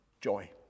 Joy